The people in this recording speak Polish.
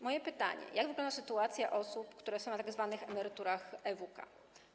Moje pytanie: Jak wygląda sytuacja osób, które są na tzw. emeryturach EWK?